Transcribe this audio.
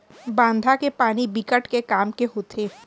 बांधा के पानी बिकट के काम के होथे